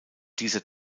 dieser